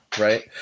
Right